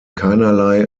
keinerlei